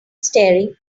staring